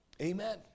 Amen